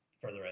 further